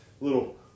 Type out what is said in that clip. Little